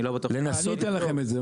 אני לא בטוח ש --- אני אתן לכם את זה,